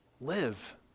live